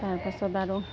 তাৰপাছত আৰু